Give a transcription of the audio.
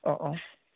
অঁ অঁ